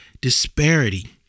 disparity